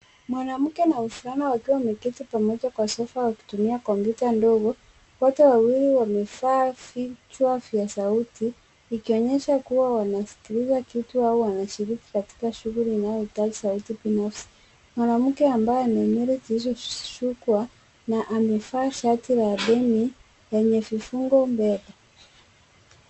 Mwanamke na mvulana wakiwa wameketi pamoja kwa sofa wakitumia kompyuta ndogo. Wote wawili wamevaa vichwa vya sauti ikionyesha kuwa wanasikiliza kitu au wanashiriki katika shughuli inayotafsidi binafsi. Mwanamke ambaye ana nywele zilizoshukwa na amevaa shati la denim yenye vifungo mbele.